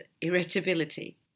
irritability